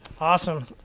Awesome